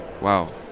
Wow